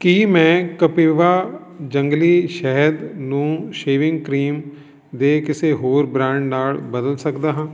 ਕੀ ਮੈਂ ਕਪਿਵਾ ਜੰਗਲੀ ਸ਼ਹਿਦ ਨੂੰ ਸ਼ੇਵਿੰਗ ਕਰੀਮ ਦੇ ਕਿਸੇ ਹੋਰ ਬ੍ਰਾਂਡ ਨਾਲ ਬਦਲ ਸਕਦਾ ਹਾਂ